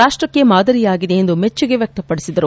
ರಾಷ್ಟಕ್ಕೆ ಮಾದರಿ ಆಗಿದೆ ಎಂದು ಮೆಚ್ಚುಗೆ ವ್ಯಕ್ತಪಡಿಸಿದರು